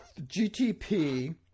GTP